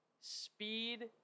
speed